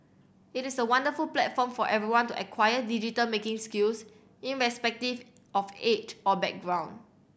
it is a wonderful platform for everyone to acquire digital making skills irrespective of age or background